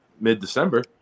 mid-December